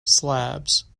slabs